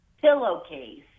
pillowcase